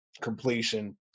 completion